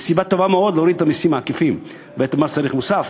יש סיבה טובה מאוד להוריד את המסים העקיפים ואת מס ערך מוסף.